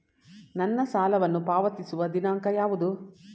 ನನ್ನ ಸಾಲವನ್ನು ಪಾವತಿಸುವ ದಿನಾಂಕ ಯಾವುದು?